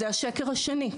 זה השק השני.